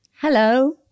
Hello